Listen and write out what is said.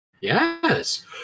Yes